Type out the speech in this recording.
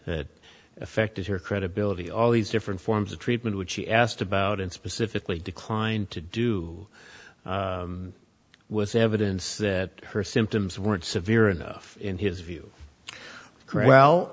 that affected her credibility all these different forms of treatment which she asked about and specifically declined to do with evidence that her symptoms weren't severe enough in his view